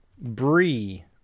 Brie